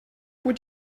would